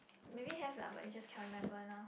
maybe have lah but I just can't remember now